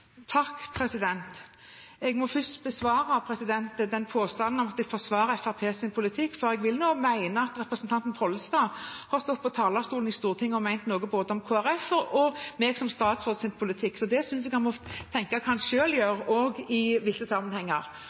Jeg må først besvare påstanden om at jeg forsvarer Fremskrittspartiets politikk, for jeg vil mene at representanten Pollestad har stått på talerstolen i Stortinget og ment noe både om Kristelig Folkepartis og om min – som statsråd – politikk. Jeg synes han må tenke på hva han selv gjør i visse sammenhenger.